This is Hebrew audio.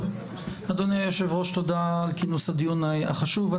אדוני היושב-ראש, תודה על כינוס הדיון החשוב.